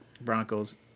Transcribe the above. Broncos